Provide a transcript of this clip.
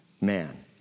Man